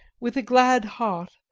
with a glad heart,